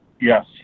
Yes